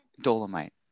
dolomite